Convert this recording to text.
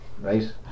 Right